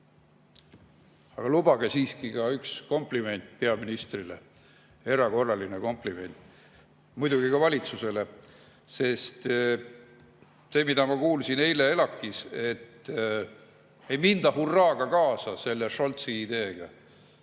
lubage siiski ka üks kompliment peaministrile, erakorraline kompliment, muidugi ka valitsusele. See, mida ma kuulsin eile ELAK‑is, et ei minda hurraaga kaasa selle Scholzi ideega,